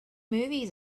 movies